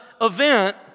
event